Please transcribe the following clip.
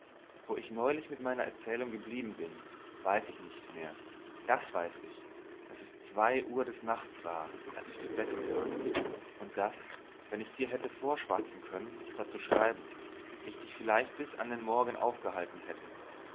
wo ich neulich mit meiner erzählung geblieben bin weiß ich nicht mehr das weiß ich daß es zwei uhr des nachts war als ich zu bette kam und daß wenn ich dir hätte vorschwatzen können statt zu schreiben ich dich vielleicht bis an den morgen aufgehalten hätte